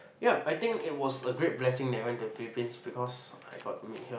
yup I think it was a great blessing that I went to Philippines because I got to meet her